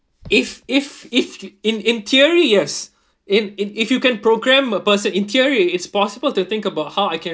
if if if in in theory yes in if if you can program a person in theory it's possible to think about how I can